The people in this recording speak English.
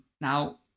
Now